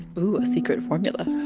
oh, a secret formula.